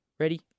Ready